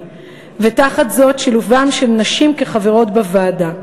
ותחת זאת שילובן של נשים כחברות בוועדה.